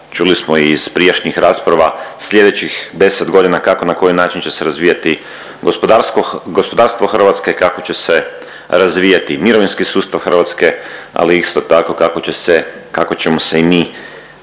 čuli smo i iz prijašnjih rasprava slijedećih 10 godina kako na koji način će se razvijati gospodarstvo Hrvatske, kako će se razvijati mirovinski sustav Hrvatske, ali isto tako kako će se, kako ćemo